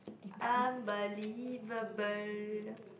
unbelievable